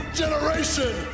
generation